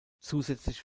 zusätzlich